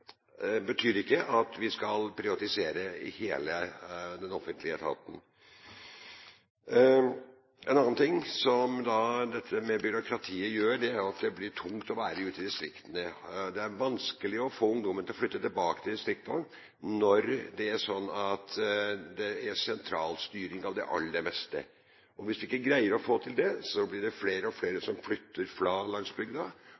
betyr ikke at vi skal privatisere i hele den offentlige etaten. En annen ting som byråkratiet fører med seg, er at det blir tungt å være ute i distriktene. Det er vanskelig å få ungdommen til å flytte tilbake til distriktene når det er slik at det er sentralstyring av det aller meste. Hvis vi ikke greier å gjøre noe med det, blir det flere og flere